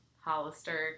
Hollister